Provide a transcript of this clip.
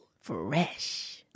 Fresh